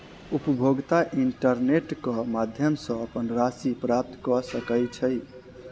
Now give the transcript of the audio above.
उपभोगता इंटरनेट क माध्यम सॅ अपन राशि प्राप्त कय सकै छै